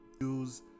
news